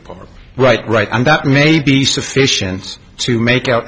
or right right and that may be sufficient to make out